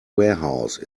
warehouse